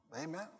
Amen